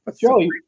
Joey